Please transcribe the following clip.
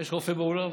יש רופא באולם?